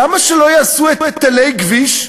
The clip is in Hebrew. למה שלא יעשו היטלי כביש?